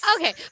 Okay